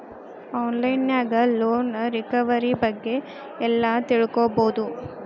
on line ನ್ಯಾಗ loan recovery ಬಗ್ಗೆ ಎಲ್ಲಾ ತಿಳ್ಕೊಬೊದು